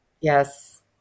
yes